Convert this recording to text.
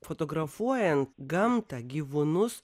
fotografuojant gamtą gyvūnus